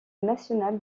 national